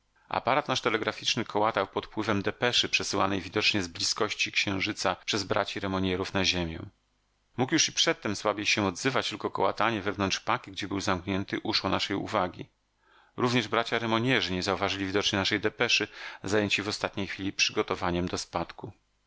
aparat nasz telegraficzny kołatał pod wpływem depeszy przesyłanej widocznie z blizkości księżyca przez braci remognerów na ziemię mógł już i przedtem słabiej się odzywać tylko kołatanie wewnątrz paki gdzie był zamknięty uszło naszej uwagi również bracia remognerzy nie zauważyli widocznie naszej depeszy zajęci w ostatniej chwili przygotowaniami do spadku